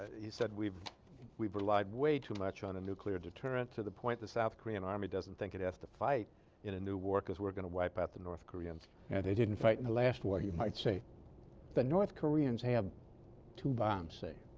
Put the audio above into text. he said we've we've relied way too much on a nuclear deterrent to the point the south korean army doesn't think it has to fight in a new war because were going to wipe out the north koreans and they didn't fight in the last war you might say the north koreans have two bombs say